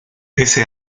ese